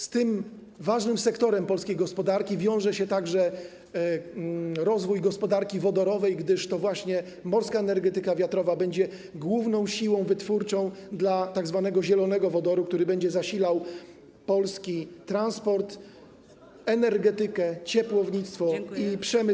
Z tym ważnym sektorem polskiej gospodarki wiąże się także rozwój gospodarki wodorowej, gdyż to właśnie morska energetyka wiatrowa będzie główną siłą wytwórczą dla tzw. zielonego wodoru, który będzie zasilał polskie transport, energetykę, ciepłownictwo i przemysł w wielu technologiach.